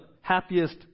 happiest